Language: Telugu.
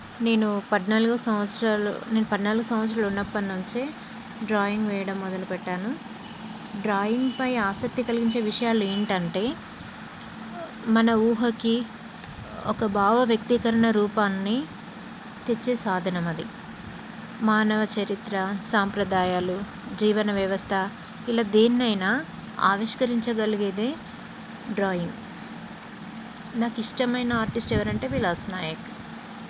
నేను పద్నాలుగు సంవత్సరాలు నేను పద్నాలుగు సంవత్సరాలు ఉన్నప్పటి నుంచే డ్రాయింగ్ వెయ్యడం మొదలుపెట్టాను డ్రాయింగ్పై ఆసక్తి కలిగించే విషయాలు ఏంటంటే మన ఊహకి ఒక భావవ్యక్తీకరణ రూపాన్ని తెచ్చే సాధనం అది మానవ చరిత్ర సాంప్రదాయాలు జీవన వ్యవస్థ ఇలా దేన్నైనా ఆవిష్కరించగలిగేదే డ్రాయింగ్ నాకు ఇష్టమైన ఆర్టిస్ట్ ఎవరంటే విలాస్ నాయక్